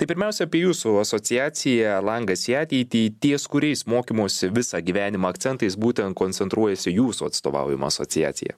tai pirmiausia apie jūsų asociaciją langas į ateitį ties kuriais mokymosi visą gyvenimą akcentais būtent koncentruojasi jūsų atstovaujama asociacija